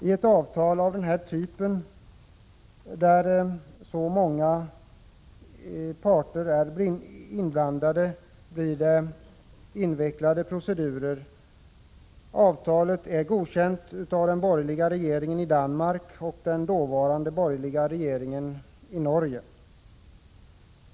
I ett avtal av denna typ, där så många parter är inblandade, blir det invecklade procedurer. Här är alltså många parter inblandade. Avtalet är godkänt av den borgerliga regeringen i Danmark och den dåvarande borgerliga regeringen i Norge.